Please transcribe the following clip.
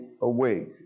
awake